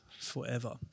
forever